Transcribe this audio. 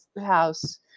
house